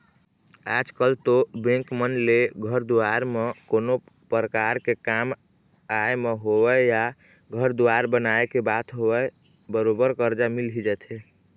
आजकल तो बेंक मन ले घर दुवार म कोनो परकार के काम आय म होवय या घर दुवार बनाए के बात होवय बरोबर करजा मिल ही जाथे